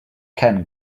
ken